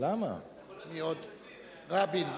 אתה יכול להיות שגריר בסין.